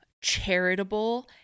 charitable